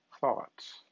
thoughts